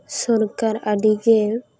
ᱥᱚᱨᱠᱟᱨ ᱟᱹᱰᱤᱜᱮ